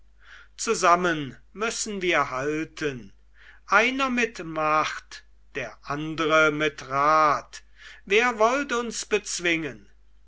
zusammen müssen wir halten einer mit macht der andre mit rat wer wollt uns bezwingen